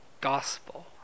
gospel